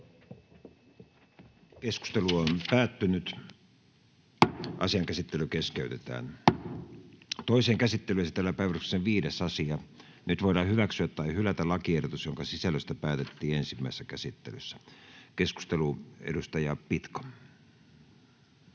41 a §:n muuttamisesta Time: N/A Content: Toiseen käsittelyyn esitellään päiväjärjestyksen 5. asia. Nyt voidaan hyväksyä tai hylätä lakiehdotus, jonka sisällöstä päätettiin ensimmäisessä käsittelyssä. — Keskustelu, edustaja Pitko.